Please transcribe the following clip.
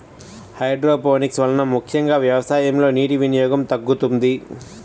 hydroponics వలన ముఖ్యంగా వ్యవసాయంలో నీటి వినియోగం తగ్గుతుంది